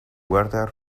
weather